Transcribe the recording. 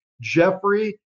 Jeffrey